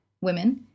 women